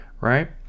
right